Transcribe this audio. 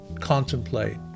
contemplate